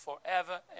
forever